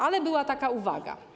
Ale była taka uwaga.